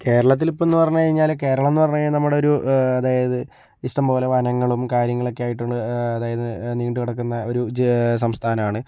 കേരളത്തിൽ ഇപ്പോളെന്ന് പറഞ്ഞു കഴിഞ്ഞാൽ കേരളം എന്ന് പറഞ്ഞാൽ നമ്മുടെ ഒരു അതായത് ഇഷ്ടം പോലെ വനങ്ങളും കാര്യങ്ങളൊക്കെ ആയിട്ട് അതായത് നീണ്ടുകിടക്കുന്ന ഒരു ജ് സംസ്ഥാനമാണ്